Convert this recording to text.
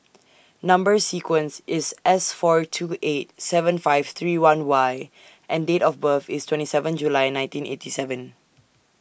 Number sequence IS S four two eight seven five three one Y and Date of birth IS twenty seven July nineteen eighty seven